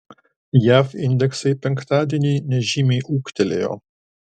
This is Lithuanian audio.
jav indeksai penktadienį nežymiai ūgtelėjo